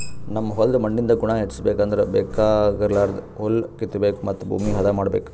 ನಮ್ ಹೋಲ್ದ್ ಮಣ್ಣಿಂದ್ ಗುಣ ಹೆಚಸ್ಬೇಕ್ ಅಂದ್ರ ಬೇಕಾಗಲಾರ್ದ್ ಹುಲ್ಲ ಕಿತ್ತಬೇಕ್ ಮತ್ತ್ ಭೂಮಿ ಹದ ಮಾಡ್ಬೇಕ್